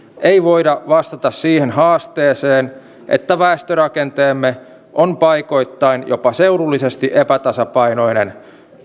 ei voida vastata siihen haasteeseen että väestörakenteemme on paikoittain jopa seudullisesti epätasapainoinen